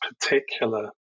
particular